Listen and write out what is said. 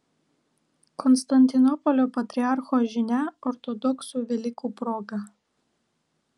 konstantinopolio patriarcho žinia ortodoksų velykų proga